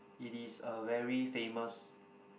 it is a very famous